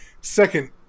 second